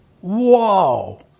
Whoa